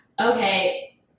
Okay